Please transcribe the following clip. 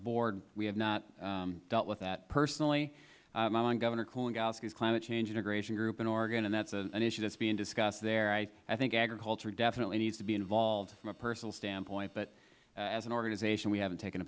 board we have not dealt with that personally i am on governor kulongoski's climate change integration group in oregon and that is an issue that is being discussed there i think agriculture definitely needs to be involved from a personal standpoint but as an organization we haven't taken a